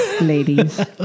ladies